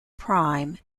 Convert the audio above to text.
prime